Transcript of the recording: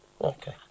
Okay